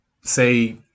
say